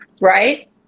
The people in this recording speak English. right